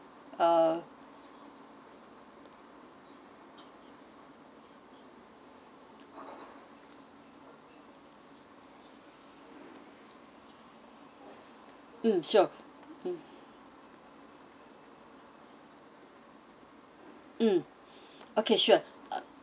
uh mm sure mm okay sure uh